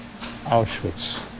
Auschwitz